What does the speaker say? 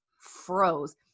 froze